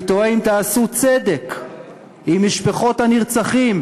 אני תוהה אם תעשו צדק עם משפחות הנרצחים